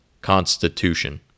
Constitution